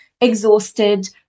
exhausted